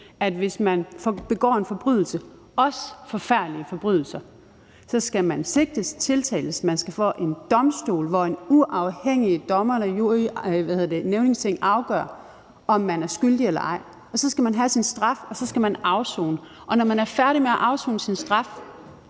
at hvis man begår en forbrydelse, også forfærdelige forbrydelser, skal man sigtes, tiltales og for en domstol, hvor en uafhængig dommer eller et nævningeting afgør, om man er skyldig eller ej. Så skal man have sin straf, og så skal man afsone. Og når man er færdig med at afsone sin straf,